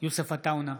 יוסף עטאונה,